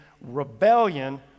rebellion